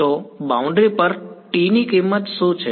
તો બાઉન્ડ્રી પર T ની કિંમત શું છે